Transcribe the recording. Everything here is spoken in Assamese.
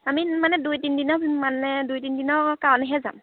আমি মানে দুই তিনিদিনৰ মানে দুই তিনিদিনৰ কাৰণেহে যাম